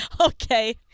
Okay